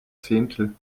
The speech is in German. zehntel